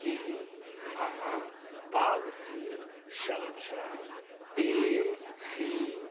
की अहाँ पावती संख्या ए सी